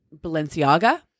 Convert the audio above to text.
Balenciaga